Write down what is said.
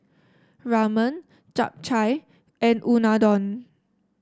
Ramen Japchae and Unadon